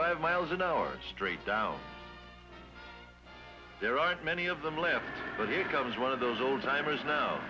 five miles an hour straight down there aren't many of them left but you becomes one of those old timers now